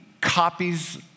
copies